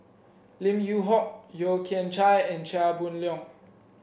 Lim Yew Hock Yeo Kian Chai and Chia Boon Leong